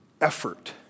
effort